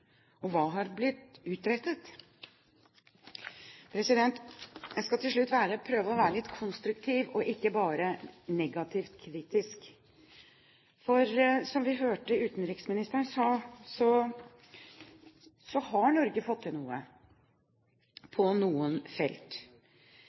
og hva er blitt utrettet? Jeg skal til slutt prøve å være litt konstruktiv, ikke bare negativ og kritisk. For som vi hørte utenriksministeren si, har Norge fått til noe